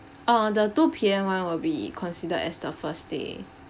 uh the two P_M [one] will be considered as the first day